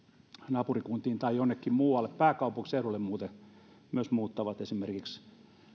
naapurikuntiin tai jonnekin muualle pääkaupunkiseudulle muuten muuttavat esimerkiksi